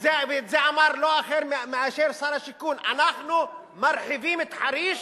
זה אמר לא אחר מאשר שר השיכון: אנחנו מרחיבים את חריש